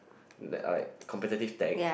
like competitive tag